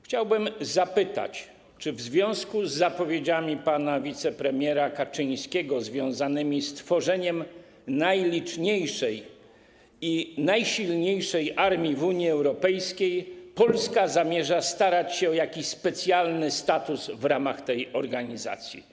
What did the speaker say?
Chciałbym zapytać: Czy w związku z zapowiedziami pana wicepremiera Kaczyńskiego dotyczącymi tworzenia najliczniejszej i najsilniejszej armii w Unii Europejskiej Polska zamiesza starać się o jakiś specjalny status w ramach tej organizacji?